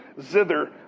zither